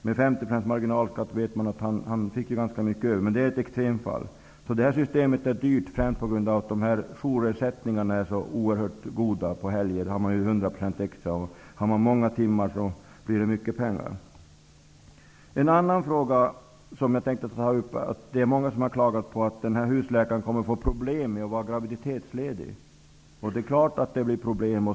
Med 50 % marginalskatt vet vi att han fick ganska mycket över. Men det är ett extremfall. Det här systemet är dyrt främst på grund av att jourersättningarna är så oerhört bra. På helger har man ju 100 % extra. Har man många timmar blir det mycket pengar. En annan fråga som jag tänkte ta upp är att det är många som har klagat över att husläkaren kommer att få problem med att vara graviditetsledig. Det är klart att det blir problem.